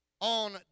on